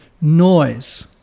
noise